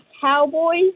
cowboys